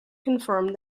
confirmed